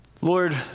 Lord